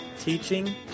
teaching